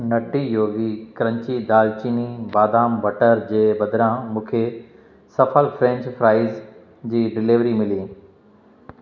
नटी yogi crunchy दालचीनी बादाम butter जे बदिरां मूंखे सफल फ्रेंच फ्राइज़ जी डिलीवरी मिली